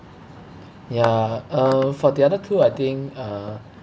ya uh for the other two I think uh